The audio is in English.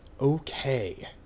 Okay